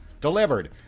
delivered